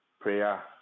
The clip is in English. prayer